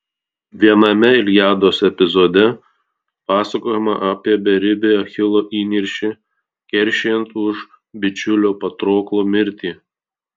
viename iliados epizode pasakojama apie beribį achilo įniršį keršijant už bičiulio patroklo mirtį